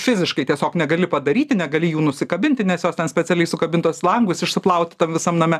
fiziškai tiesiog negali padaryti negali jų nusikabinti nes jos ten specialiai sukabintos langus išsiplaut tam visam name